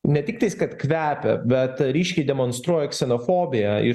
ne tiktais kad kvepia bet ryškiai demonstruoja ksenofobiją ir